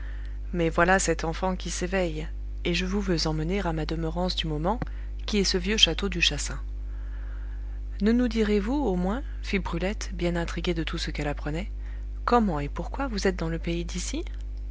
mais voilà cet enfant qui s'éveille et je vous veux emmener à ma demeurance du moment qui est ce vieux château du chassin ne nous direz-vous au moins fit brulette bien intriguée de tout ce qu'elle apprenait comment et pourquoi vous êtes dans le pays d'ici